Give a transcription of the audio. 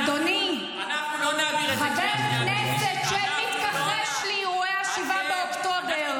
אדוני חבר הכנסת שמתכחש לאירועי 7 באוקטובר.